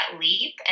leap